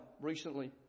recently